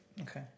okay